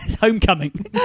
Homecoming